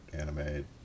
anime